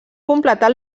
completat